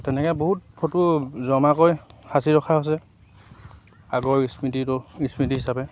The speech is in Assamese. তেনেকৈ বহুত ফটো জমা কৰি সাঁচি ৰখা হৈছে আগৰ স্মৃতিটো স্মৃতি হিচাপে